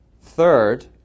Third